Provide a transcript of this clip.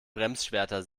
bremsschwerter